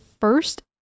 first